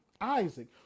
Isaac